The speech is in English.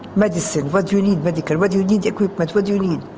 medicine! what do you need? medical! what do you need? equipment. what do you need?